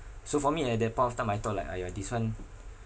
so for me at that point of time I thought like !aiya! this [one]